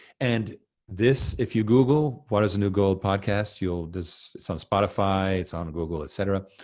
and this, if you google water is the new gold podcast, you'll just, it's on spotify, it's on google ecetera,